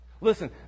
Listen